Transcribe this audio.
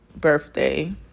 birthday